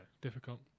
difficult